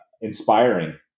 inspiring